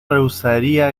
rehusaría